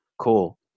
cool